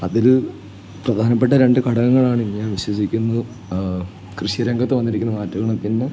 അതിൽ പ്രധാനപ്പെട്ട രണ്ട് ഘടകങ്ങളാണ് ഞാൻ വിശ്വസിക്കുന്നു കൃഷി രംഗത്ത് വന്നിരിക്കുന്ന മാറ്റങ്ങളും പിന്നെ